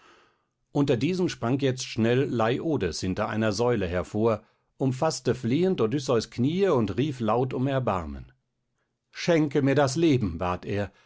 unter diesen sprang jetzt schnell leiodes hinter einer säule hervor umfaßte flehend odysseus kniee und rief laut um erbarmen schenke mir das leben bat er